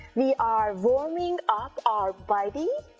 we are warming up our body